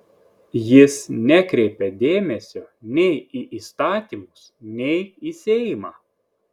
jis nekreipia dėmesio nei į įstatymus nei į seimą